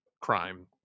crime